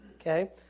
okay